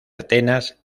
atenas